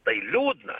tai liūdna